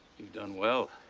you've done well.